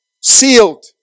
sealed